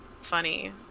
funny